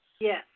Yes